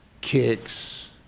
kicks